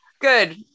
Good